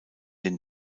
den